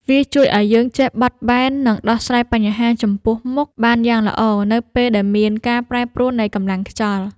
វាជួយឱ្យយើងចេះបត់បែន និងដោះស្រាយបញ្ហាចំពោះមុខបានយ៉ាងល្អ នៅពេលដែលមានការប្រែប្រួលនៃកម្លាំងខ្យល់។